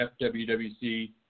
FWWC